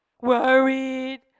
worried